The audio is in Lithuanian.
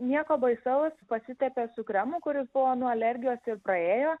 nieko baisaus pasitepė kremu kuris buvo nuo alergijos praėjo